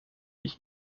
ich